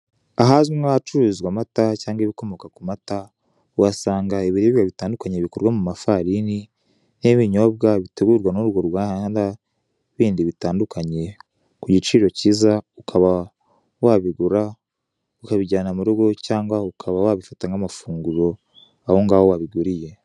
Ahazwi nk'ahacururizwa amata cyangwa ibikomoka ku mata, tuhasanga ibiribwa bitandukanye bikoze mu mafarini n'ibinyobwa bitegurwa n'urwo ruganda bindi bitandukanye ku giciro cyiza ukaba wabigura ukabijyana mu rugo cyangwa ukaba wabifata nk'amafunguro aho ngaho wabiguriye.